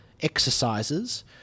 exercises